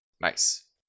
Nice